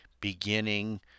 beginning